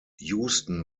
houston